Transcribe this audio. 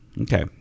okay